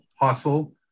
hustle